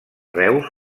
reus